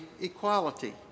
equality